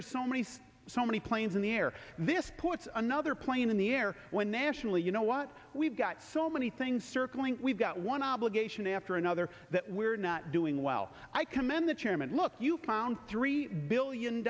there's so many things so many planes in the air this puts another plane in the air when nationally you know what we've got so many things circling we've got one obligation after another that we're not doing well i commend the chairman look you clown three billion